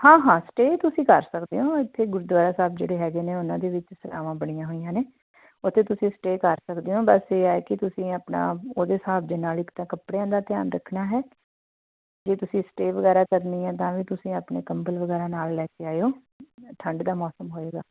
ਹਾਂ ਹਾਂ ਸਟੇਅ ਤੁਸੀਂ ਕਰ ਸਕਦੇ ਹੋ ਇੱਥੇ ਗੁਰਦੁਆਰਾ ਸਾਹਿਬ ਜਿਹੜੇ ਹੈਗੇ ਨੇ ਉਹਨਾਂ ਦੇ ਵਿੱਚ ਸਰਾਵਾਂ ਬਣੀਆਂ ਹੋਈਆਂ ਨੇ ਉੱਥੇ ਤੁਸੀਂ ਸਟੇਅ ਕਰ ਸਕਦੇ ਹੋ ਬਸ ਇਹ ਹੈ ਕਿ ਤੁਸੀਂ ਆਪਣਾ ਉਹਦੇ ਹਿਸਾਬ ਦੇ ਨਾਲ ਇੱਕ ਤਾਂ ਕੱਪੜਿਆਂ ਦਾ ਧਿਆਨ ਰੱਖਣਾ ਹੈ ਜੇ ਤੁਸੀਂ ਸਟੇਅ ਵਗੈਰਾ ਕਰਨੀ ਹੈ ਤਾਂ ਵੀ ਤੁਸੀਂ ਆਪਣੇ ਕੰਬਲ ਵਗੈਰਾ ਨਾਲ ਲੈ ਕੇ ਆਇਓ ਠੰਡ ਦਾ ਮੌਸਮ ਹੋਏਗਾ